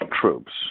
troops